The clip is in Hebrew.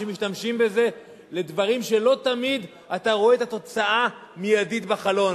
משתמשים בזה לדברים שלא תמיד אתה רואה את התוצאה מייד בחלון.